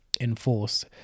enforce